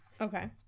Okay